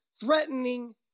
threatening